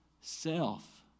self